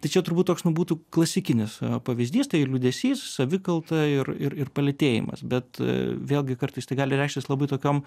čia turbūt toks nu būtų klasikinis pavyzdys tai liūdesys savikalta ir ir ir palėtėjimas bet vėlgi kartais tai gali reikštis labai tokiom